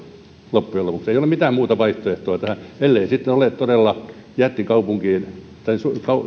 loppujen lopuksi ei ole mitään muuta vaihtoehtoa tähän ellei sitten ole todella tämmöinen jättikaupunkien tai